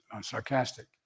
sarcastic